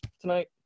tonight